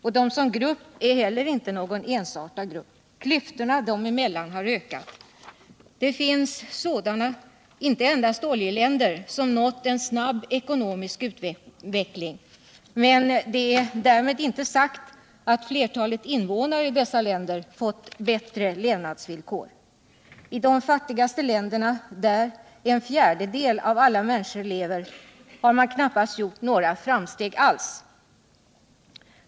Inte heller bildar u-länderna någon enhetlig grupp. Klyftorna mellan u-länderna har ökat. Det finns sådana u-länder, inte endast oljeländer, som uppvisar en snabb ekonomisk utveckling. Därmed är inte sagt att Nertalet invånare i dessa länder fått bättre levnadsvillkor. I de fattigaste länderna, där en fjärdedel av alla människor lever, har man knappast gjort några framsteg alls.